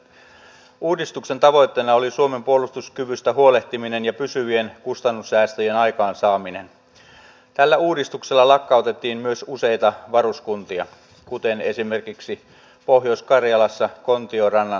sanoitte että se oli sopimatonta ministeriltä ja kun toimittaja kysyi teiltä että oletteko keskustellut tai keskusteletteko asiasta pääministerin kanssa niin te totesitte